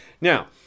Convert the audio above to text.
Now